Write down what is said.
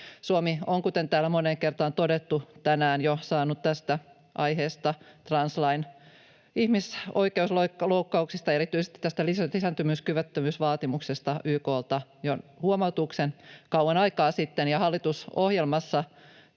Suomi on, kuten täällä tänään on moneen kertaan jo todettu, saanut tästä aiheesta eli translain ihmisoikeusloukkauksista, erityisesti tästä lisääntymiskyvyttömyysvaatimuksesta, YK:lta huomautuksen jo kauan aikaa sitten. Hallitusohjelmassa